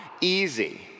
easy